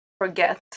forget